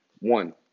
One